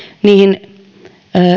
niihin